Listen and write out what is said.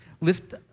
lift